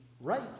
right